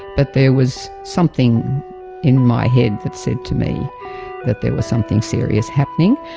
but there was something in my head that said to me that there was something serious happening.